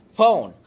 phone